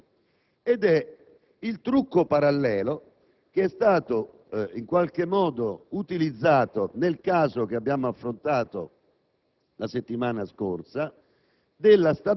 La questione riguarda i lavori usuranti ed il trucco parallelo, che è stato in qualche modo utilizzato nel caso, che abbiamo affrontato